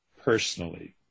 personally